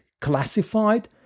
classified